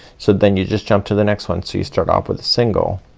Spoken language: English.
so then you just jump to the next one. so you start off with a single,